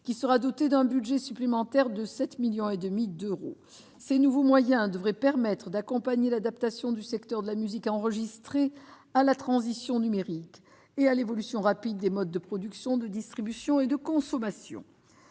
musique, doté d'un budget supplémentaire de 7,5 millions d'euros. Ces nouveaux moyens devraient permettre d'accompagner l'adaptation du secteur de la musique enregistrée à la transition numérique et à l'évolution rapide des modes de production, de distribution et de consommation.